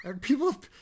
People